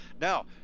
now